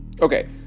Okay